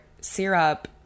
syrup